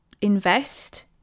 invest